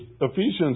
Ephesians